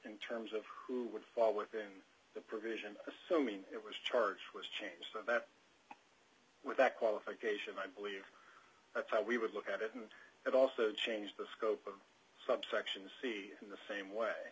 in terms of who would fall within the provision assuming it was charge was changed so that without qualification i believe that's how we would look at it and it also changed the scope of subsection c in the same way